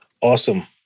Awesome